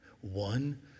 One